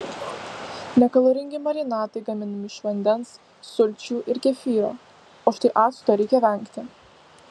nekaloringi marinatai gaminami iš vandens sulčių ir kefyro o štai acto reikia vengti